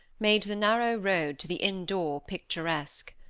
made the narrow road to the inn-door picturesque.